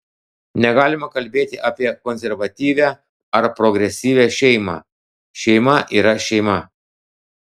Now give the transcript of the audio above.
negalima kalbėti apie konservatyvią ar progresyvią šeimą šeima yra šeima